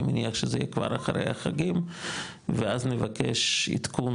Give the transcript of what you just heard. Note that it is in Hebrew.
אני מניח שזה יהיה כבר אחרי החגים ואז נבקש עדכון,